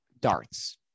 darts